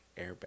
airbag